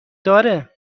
داره